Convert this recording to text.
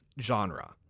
genre